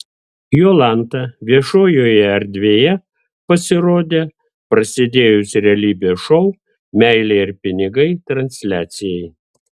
jolanta viešojoje erdvėje pasirodė prasidėjus realybės šou meilė ir pinigai transliacijai